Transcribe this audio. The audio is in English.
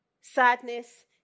Sadness